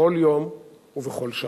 בכל יום ובכל שעה.